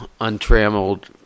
untrammeled